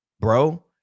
bro